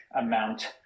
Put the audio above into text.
amount